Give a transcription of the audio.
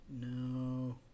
No